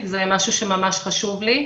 זה משהו שממש חשוב לי.